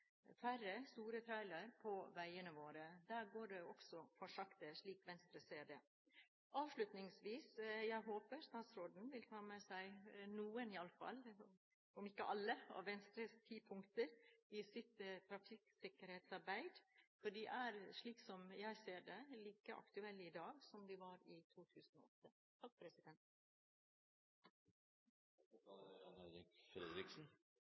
færre store trailere på veiene våre. Der går det også for sakte, slik Venstre ser det. Avslutningsvis: Jeg håper statsråden vil ta med seg i alle fall noen, om ikke alle, av Venstres ti punkter i sitt trafikksikkerhetsarbeid, for de er, slik jeg ser det, like aktuelle i dag som de var i 2008.